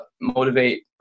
motivate